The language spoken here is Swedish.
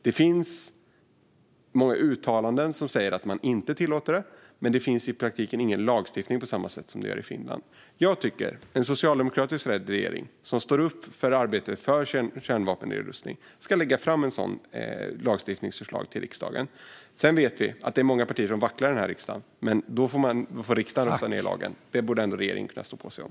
Det finns några uttalanden som säger att man inte tillåter det. Men det finns i praktiken ingen lagstiftning på samma sätt som det gör i Finland. Jag tycker att en socialdemokratiskt ledd regering som står upp för arbetet för kärnvapennedrustning ska lägga fram ett sådant lagstiftningsförslag till riksdagen. Sedan vet vi att det är många partier i riksdagen som vacklar, men då får riksdagen rösta ned lagen. Det borde ändå regeringen kunna stå på sig om.